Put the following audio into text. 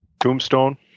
tombstone